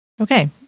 Okay